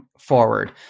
forward